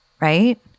right